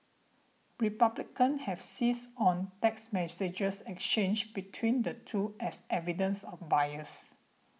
republicans have seized on text messages exchanged between the two as evidence of bias